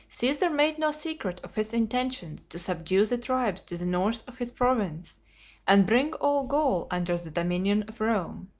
caesar made no secret of his intentions to subdue the tribes to the north of his province and bring all gaul under the dominion of rome.